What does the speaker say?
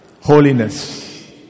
holiness